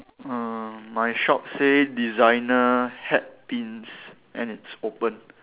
uh my shop say designer hat pins and it's opened